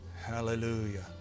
Hallelujah